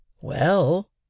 Well